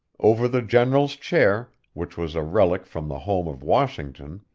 over the general's chair, which was a relic from the home of washington,